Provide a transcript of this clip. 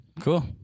Cool